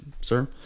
Sir